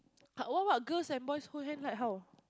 what what girls and boys hold hands like how